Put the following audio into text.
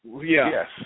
Yes